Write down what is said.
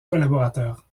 collaborateurs